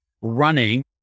running